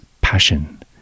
Passion